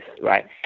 right